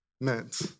meant